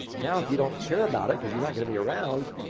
now, if you don't care about it because you're not going to be around,